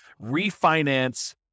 refinance